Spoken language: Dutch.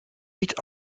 niet